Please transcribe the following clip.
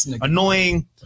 annoying